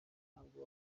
ntabwo